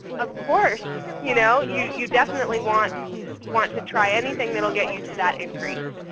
of course. you know you you definitely want want to try anything that will get you to that increase.